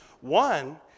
One